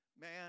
man